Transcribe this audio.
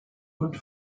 und